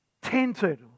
tented